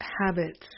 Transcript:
habits